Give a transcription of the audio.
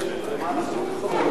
למען הפרוטוקול,